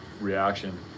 reaction